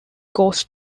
ghost